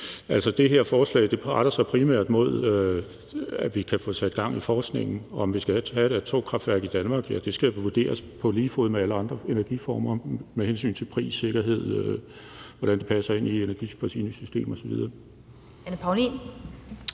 Det her forslag drejer sig primært om, at vi kan få sat gang i forskningen. Om vi skal have et atomkraftværk i Danmark, skal vurderes på lige fod med alle andre energiformer med hensyn til pris, sikkerhed, og hvordan det passer ind i energiforsyningssystemerne osv.